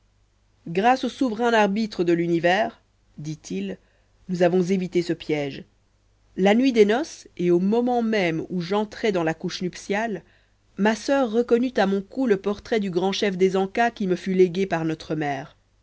grâce au souverain arbitre de l'univers dit-il nous avons évité ce piège la nuit des noces et au moment même ou j'entrais dans la couche nuptiale ma soeur reconnut à mon cou le portrait du grand chef des ancas qui me fut légué par notre mère